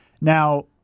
Now